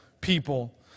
people